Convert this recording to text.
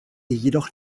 jedoch